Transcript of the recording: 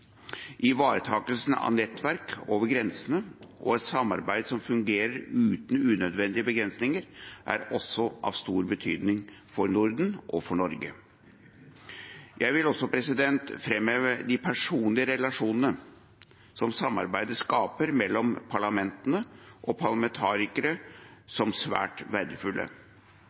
Ivaretakelsen av nettverk over grensene og et samarbeid som fungerer uten unødvendige begrensninger, er også av stor betydning for Norden og for Norge. Jeg vil også framheve de personlige relasjonene som samarbeidet skaper mellom parlamentene og parlamentarikere, som svært verdifulle.